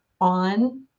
on